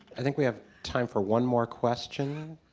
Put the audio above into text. i think we have time for one more question.